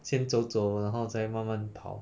先走走然后再慢慢跑